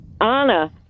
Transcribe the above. Anna